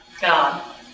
God